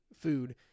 food